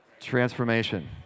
Transformation